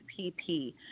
pp